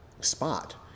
spot